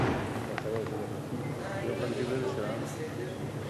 להעביר את הצעת החוק לתיקון פקודת התעבורה